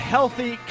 Healthy